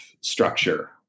structure